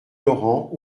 laurent